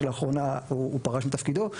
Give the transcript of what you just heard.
שלאחרונה פרש מתפקידו.